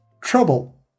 Trouble